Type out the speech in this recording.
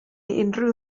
unrhyw